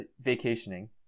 vacationing